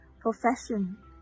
profession